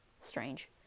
Strange